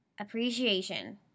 appreciation